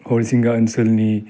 हरिसिंगा ओनसोलनि